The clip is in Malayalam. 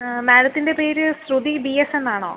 മാഡത്തിൻ്റെ പേര് ശ്രുതി ബിഎസ് എന്നാണോ